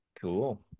cool